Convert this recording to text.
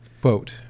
Quote